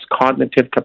cognitive